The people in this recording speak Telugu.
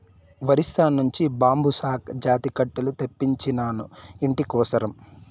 ఒరిస్సా నుంచి బాంబుసా జాతి కట్టెలు తెప్పించినాను, ఇంటి కోసరం